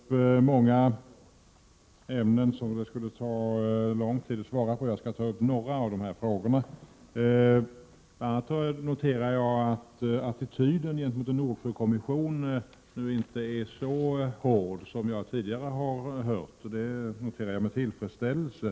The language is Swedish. Fru talman! Birgitta Dahl tog upp många ämnen och ställde många frågor som det skulle ta lång tid att besvara. Jag skall ta upp några av dessa frågor. Jag noterar bl.a. att attityden gentemot en Nordsjökommission nu inte är så negativ som jag tidigare har uppfattat den, vilket jag hälsar med tillfredsställelse.